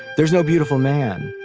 there's no beautiful man.